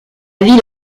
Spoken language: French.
ville